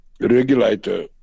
regulator